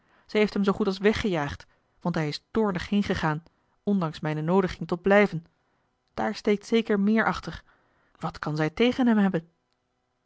zij heeft hem zoo goed als weggejaagd want hij is toornig heengegaan ondanks mijne noodiging tot blijven daar steekt zeker meer achter wat kan zij tegen hem hebben